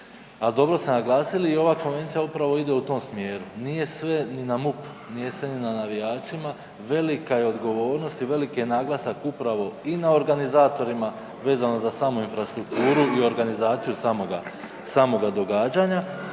dobro ste naglasili, i ova konvencija upravo ide u tom smjeru. Nije sve ni na MUP-u, nije sve ni na navijačima, velika je odgovornost i veliki je naglasak upravo i na organizatorima vezano za samu infrastrukturu i organizaciju samoga događanja